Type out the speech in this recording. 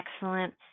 excellent